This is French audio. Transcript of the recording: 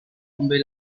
tomber